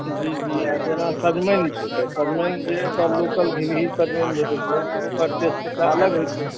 जी जी आ जेना सजमनि छै तऽ सजमनि जे एतय लोकल घीबही सजमनि भेटैत छै ओकर टेस्ट तऽ अलग होइत छै